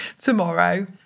tomorrow